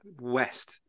west